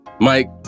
Mike